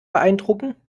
beeindrucken